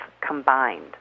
combined